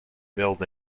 build